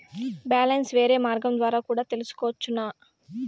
Balance వేరే మార్గం ద్వారా కూడా తెలుసుకొనొచ్చా?